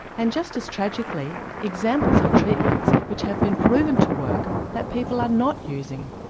and just as tragically, examples of treatments which have been proven to work, that people are not using.